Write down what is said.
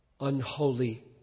unholy